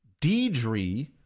deidre